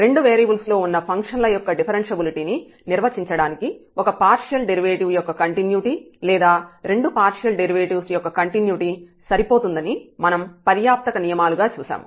రెండు వేరియబుల్స్ లో ఉన్న ఫంక్షన్ల యొక్క డిఫరెన్ష్యబిలిటీ ని నిర్వచించడానికి ఒక పార్షియల్ డెరివేటివ్ యొక్క కంటిన్యుటీ లేదా రెండు పార్షియల్ డెరివేటివ్స్ యొక్క కంటిన్యుటీ సరిపోతుందని మనం పర్యాప్తక నియమాలు గా చూశాము